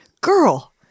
girl